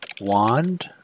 wand